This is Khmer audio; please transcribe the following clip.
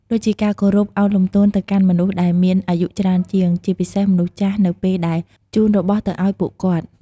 ដូចជាការគោរពឱនលំទោនទៅកាន់មនុស្សដែលមានអាយុច្រើនជាង ជាពិសេសមនុស្សចាស់នៅពេលដែលជូនរបស់ទៅអោយគាត់។